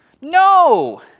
No